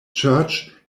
church